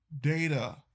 data